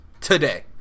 today